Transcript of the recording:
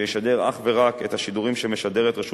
שישדר אך ורק את השידורים שמשדרת רשות